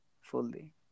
Fully